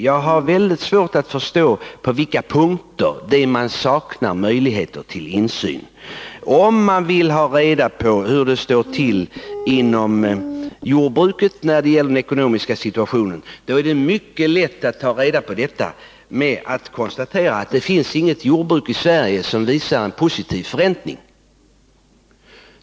Jag har alltså mycket svårt att förstå på vilka punkter det är som konsumentsidan saknar möjligheter till insyn. Om man vill ha reda på hur den ekonomiska situationen för jordbruket ser ut, är det mycket lätt att ta reda på detta. Man kan konstatera att det inte finns något jordbruk i Sverige som visar en positiv förräntning.